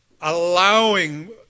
allowing